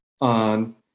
on